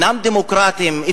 אינם דמוקרטים.